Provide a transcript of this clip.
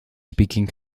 speaking